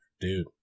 Dude